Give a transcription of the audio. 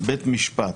בית משפט,